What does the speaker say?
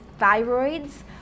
thyroids